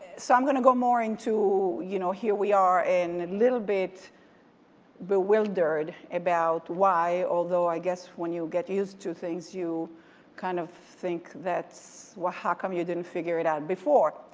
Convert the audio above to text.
so i'm gonna go more into you know here. we are in a little bit bewildered about why although i guess when you get used to things, you kind of think that's how come you didn't figure it out before.